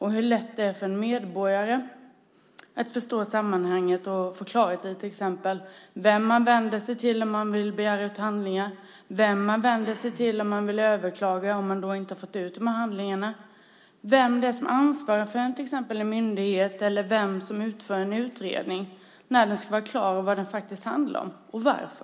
Hur lätt är det för en medborgare att förstå sammanhanget och få klarhet i till exempel vem man vänder sig till när man vill begära ut handlingar, vem man vänder sig till om man vill överklaga att man inte fått ut handlingarna, vem det är som ansvarar för en myndighet, vem det är som utför en utredning och varför, när den ska vara klar och vad den handlar om?